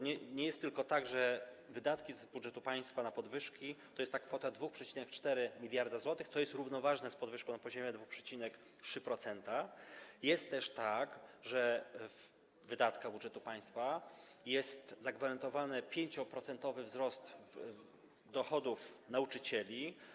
Nie jest tylko tak, że wydatki z budżetu państwa na podwyżki to jest ta kwota 2,4% mld zł, co jest równoważne z podwyżką na poziomie 2,3%, jest też tak, że w wydatkach budżetu państwa jest zagwarantowany 5-procentowy wzrost dochodów nauczycieli.